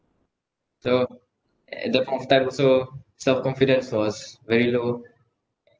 so at that point of time also self confidence was very low